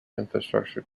infrastructure